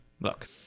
Look